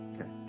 Okay